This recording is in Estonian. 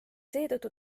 seetõttu